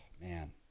man